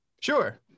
Sure